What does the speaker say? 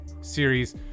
series